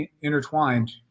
intertwined